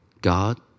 God